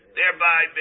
thereby